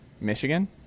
Michigan